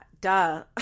duh